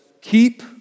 keep